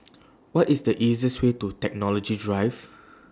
What IS The easiest Way to Technology Drive